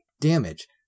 Damage